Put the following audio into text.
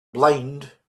blind